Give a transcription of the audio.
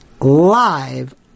live